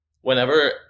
whenever